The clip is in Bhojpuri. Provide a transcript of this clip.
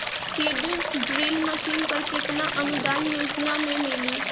सीड ड्रिल मशीन पर केतना अनुदान योजना में मिली?